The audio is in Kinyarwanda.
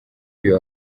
uyu